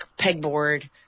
pegboard